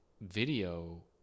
video